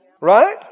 Right